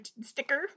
sticker